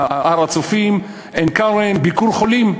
"הדסה הר-הצופים", "הדסה עין-כרם", "ביקור חולים".